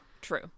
True